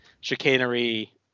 chicanery